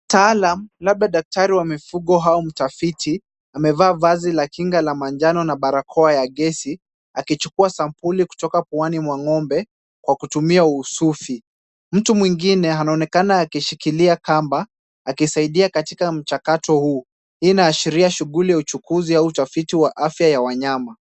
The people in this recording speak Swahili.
Mtaalam, labda daktari wa mifugo au mtafiti, amevaa vazi la kinga la manjano na barakoa ya gesi, akichukua sampuli kutoka puani mwa ng'ombe kwa kutumia uhususi. Mtu mwingine anaonekana akishikilia kamba akisaidia katika mchakato huu. Hii inaashiria shughuli ya uchukuzi au utafiti wa afya ya wanyama.